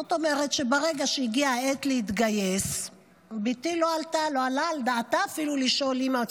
זאת אומרת שברגע שהגיעה העת להתגייס בתי לא העלתה על דעתה לשאול: אימא,